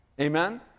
Amen